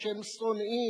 שהם שונאים,